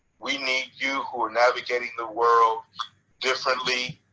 we need you, who are navigating the world differently,